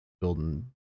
Building